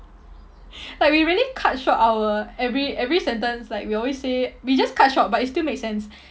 like we really cut short our every every sentence like we always say we just cut short but it still makes sense